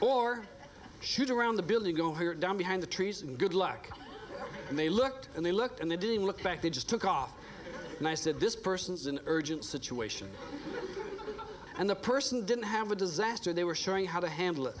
line or shoot around the building go here down behind the trees and good luck and they looked and they looked and they didn't look back they just took off and i said this person is an urgent situation and the person didn't have a disaster they were showing how to handle it